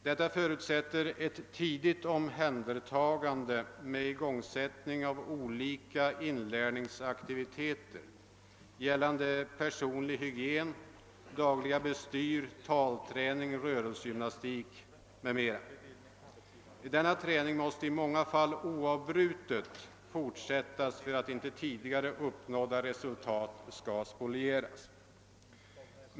Detta förutsätter ett tidigt omhändertagande med igångsättning av olika inlärningsaktiviteter gällande personlig hygien, dagliga bestyr, talträning, rörelsegymnas tik m.m. Denna träning måste i många fall oavbrutet fortsätta för att inte tidigare uppnådda resultat skall spolieras.